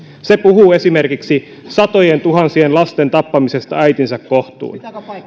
se puhuu esimerkiksi satojentuhansien lasten tappamisesta äitinsä kohtuun